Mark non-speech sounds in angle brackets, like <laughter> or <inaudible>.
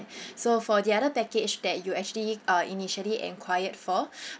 <breath> so for the other package that you actually uh initially enquired for <breath>